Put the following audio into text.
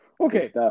Okay